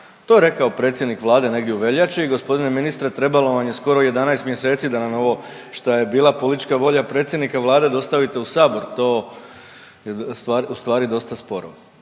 To je rekao predsjednik Vlade negdje u veljači, g. ministre, trebalo vam je skoro 11 mjeseci da nam ovo što je bila politička volja predsjednika Vlade dostavite u Sabor, to je ustvari dosta sporo.